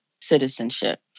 citizenship